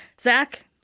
Zach